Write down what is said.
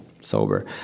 sober